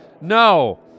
No